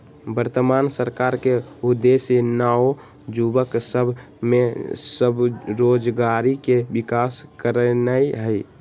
वर्तमान सरकार के उद्देश्य नओ जुबक सभ में स्वरोजगारी के विकास करनाई हई